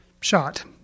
shot